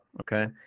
okay